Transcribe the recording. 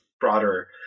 broader